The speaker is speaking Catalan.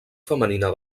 femenina